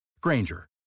Granger